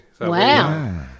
Wow